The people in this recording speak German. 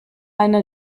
eine